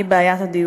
היא בעיית הדיור.